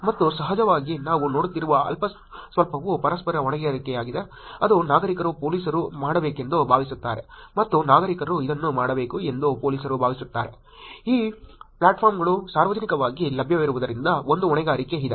ಮತ್ತು ಸಹಜವಾಗಿ ನಾವು ನೋಡುತ್ತಿರುವ ಅಲ್ಪಸ್ವಲ್ಪವು ಪರಸ್ಪರ ಹೊಣೆಗಾರಿಕೆಯಾಗಿದೆ ಅದು ನಾಗರಿಕರು ಪೋಲೀಸರು ಮಾಡಬೇಕೆಂದು ಭಾವಿಸುತ್ತಾರೆ ಮತ್ತು ನಾಗರಿಕರು ಇದನ್ನು ಮಾಡಬೇಕು ಎಂದು ಪೊಲೀಸರು ಭಾವಿಸುತ್ತಾರೆ ಈ ಪ್ಲಾಟ್ಫಾರ್ಮ್ಗಳು ಸಾರ್ವಜನಿಕವಾಗಿ ಲಭ್ಯವಿರುವುದರಿಂದ ಒಂದು ಹೊಣೆಗಾರಿಕೆ ಇದೆ